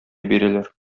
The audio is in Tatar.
бирәләр